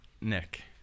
Nick